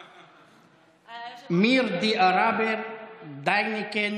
(אומר דברים ביידיש).